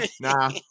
nah